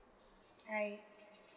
hi